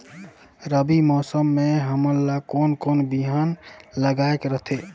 रबी मौसम मे हमन ला कोन कोन बिहान लगायेक रथे?